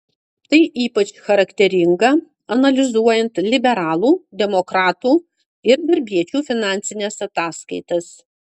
tai ypač charakteringa analizuojant liberalų demokratų ir darbiečių finansines ataskaitas